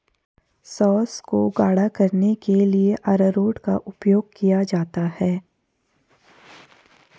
sauce को गाढ़ा करने के लिए अरारोट का उपयोग किया जाता है